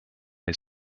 his